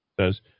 Says